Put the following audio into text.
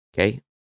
okay